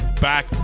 Back